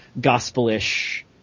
gospel-ish